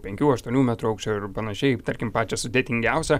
penkių aštuonių metrų aukščio ir panašiai tarkim pačią sudėtingiausią